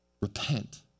Repent